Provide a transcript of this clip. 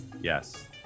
Yes